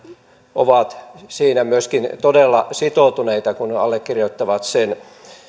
ovat siinä todella sitoutuneita kun allekirjoittavat sen